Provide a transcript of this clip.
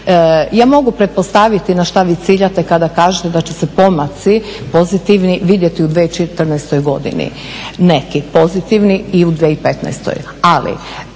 Ja mogu pretpostaviti na što vi ciljate kada kažete da će se pomaci pozitivni vidjeti u 2014., neki pozitivni i u 2015. Ali,